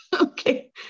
Okay